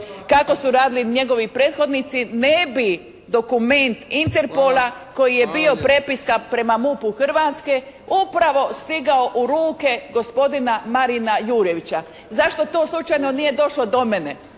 kako su radili njegovi prethodnici ne bi dokument Interpola koji je bio prepiska prema MUP-u Hrvatske upravo stigao u ruke gospodina Marina Jurjevića. Zašto to slučajno nije došlo do mene?